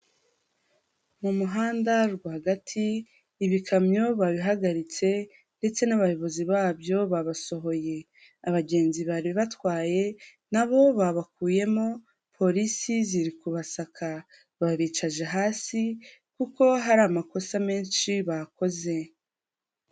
Mu muhanda rwagati, ibikamyo babihagaritse, ndetse n'abayobozi babyo babasohoye. Abagenzi bari batwaye na bo babakuyemo, polisi ziri kubasaka. Babicaje hasi, kuko hari amakosa menshi bakoze.